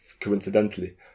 coincidentally